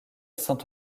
saint